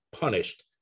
punished